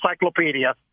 encyclopedia